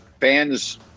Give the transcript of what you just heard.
fans